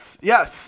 Yes